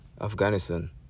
Afghanistan